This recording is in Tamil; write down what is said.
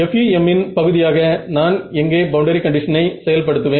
FEM இன் பகுதியாக நான் எங்கே பவுண்டரி கண்டிஷனை செயல் படுத்துவேன்